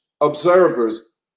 observers